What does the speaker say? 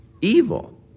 evil